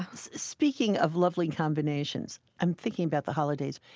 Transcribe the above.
ah speaking of lovely combinations, i'm thinking about the holidays.